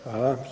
Hvala.